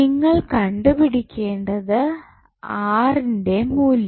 നിങ്ങൾ കണ്ടുപിടിക്കേണ്ടത് R ന്റെ മൂല്യം